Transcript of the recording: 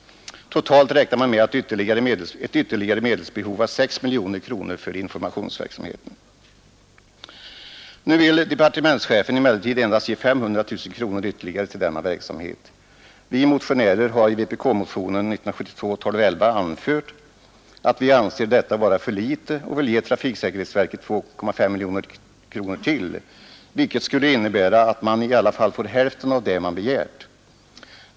Totalt räknar man med ett ytterligare medelsbehov av 6 miljoner kronor för informationsverksamheten. Nu vill departementschefen emellertid endast ge 500 000 kronor ytterligare till denna verksamhet. Vi motionärer har i ypk-motionen 1211 anfört att vi anser detta vara för litet, och vi vill ge trafiksäkerhetsverket ytterligare 2,5 miljoner, vilket skulle innebära att verket här i alla fall får hälften av det man begärt.